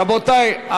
רבותי,